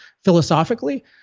philosophically